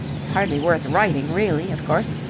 it's hardly worth writing, really, of course,